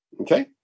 Okay